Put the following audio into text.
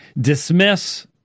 dismiss